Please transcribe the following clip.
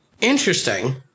Interesting